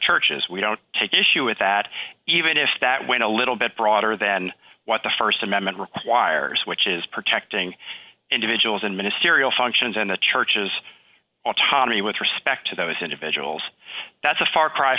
churches we don't take issue with that even if that went a little bit broader than what the st amendment requires which is protecting individuals and ministerial functions and the churches autonomy with respect to those individuals that's a far cry